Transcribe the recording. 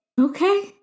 Okay